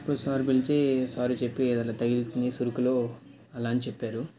ఇంకా సార్ పిలిచి సారీ చెప్పి ఏదో అట్లా తగిలిందని చురుకులో అలా అని చెప్పారు